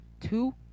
two